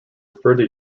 further